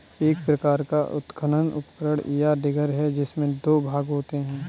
एक प्रकार का उत्खनन उपकरण, या डिगर है, जिसमें दो भाग होते है